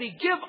give